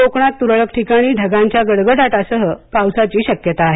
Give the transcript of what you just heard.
कोकणात तुरळक ठिकाणी ढगांच्या गडगडाटासह पावसाची शक्यता आहे